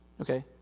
Okay